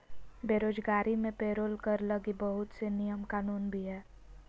बेरोजगारी मे पेरोल कर लगी बहुत से नियम कानून भी हय